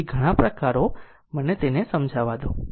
તેથી ઘણા પ્રકારો મને તેને સમજાવા દો